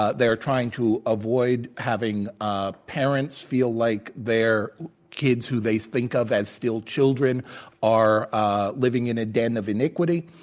ah they are trying to avoid having ah parents feel like their kids who they think of as still children are ah living in a den of iniquity.